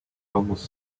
almost